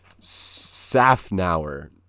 Safnauer